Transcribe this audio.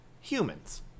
humans